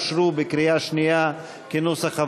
אושרו בקריאה שנייה כנוסח הוועדה.